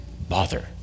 bother